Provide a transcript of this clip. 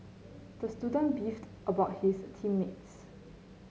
the student beefed about his team mates